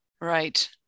Right